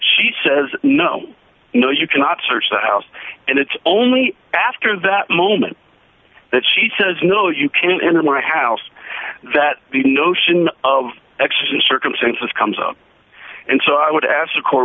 she says no no you cannot search the house and it's only after that moment that she says no you can't enter my house that the notion of exigent circumstances comes up and so i would ask the court